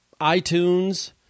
iTunes